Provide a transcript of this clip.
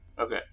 Okay